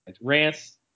Rance